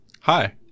Hi